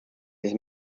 his